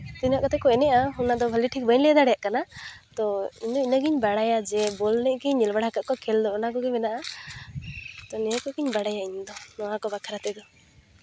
ᱛᱤᱱᱟᱹᱜ ᱠᱟᱛᱮ ᱠᱚ ᱮᱱᱮᱡᱼᱟ ᱚᱱᱟ ᱫᱚ ᱵᱷᱟᱜᱮ ᱴᱷᱤᱠᱵᱟᱹᱧ ᱞᱟᱹᱭ ᱫᱟᱲᱮᱭᱟᱜ ᱠᱟᱱᱟ ᱛᱚ ᱤᱧ ᱫᱚ ᱤᱱᱟᱹᱜ ᱜᱮᱧ ᱵᱟᱲᱟᱭᱟ ᱡᱮ ᱵᱚᱞ ᱮᱱᱮᱡ ᱜᱮᱧ ᱧᱮᱞ ᱵᱟᱲᱟ ᱠᱟᱜ ᱠᱚᱣᱟ ᱠᱷᱮᱞ ᱫᱚ ᱚᱱᱟ ᱠᱚᱜᱮ ᱢᱮᱱᱟᱜᱼᱟ ᱛᱚ ᱱᱤᱭᱟᱹ ᱠᱚᱜᱮᱧ ᱵᱟᱲᱟᱭᱟ ᱤᱧᱫᱚ ᱱᱚᱣᱟ ᱠᱚ ᱵᱟᱠᱷᱨᱟ ᱛᱮᱫᱚ